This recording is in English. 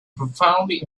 profoundly